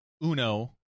Uno